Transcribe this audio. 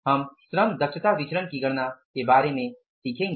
हम श्रम दक्षता विचरण की गणना के बारे में सीखेंगे